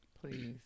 Please